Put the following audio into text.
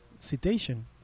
citation